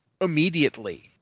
immediately